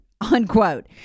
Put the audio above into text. unquote